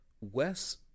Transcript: Wes